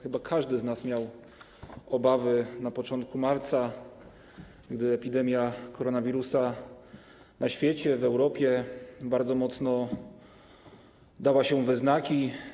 Chyba każdy z nas miał obawy na początku marca, gdy epidemia koronawirusa na świecie, w Europie bardzo mocno dała się we znaki.